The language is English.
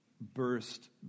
burst